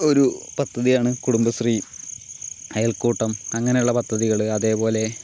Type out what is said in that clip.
ഒരു പദ്ധതിയാണ് കുടുംബശ്രീ അയൽക്കൂട്ടം അങ്ങനെയുള്ള പദ്ധതികൾ അതേപോലെ